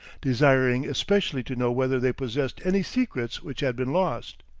desiring especially to know whether they possessed any secrets which had been lost.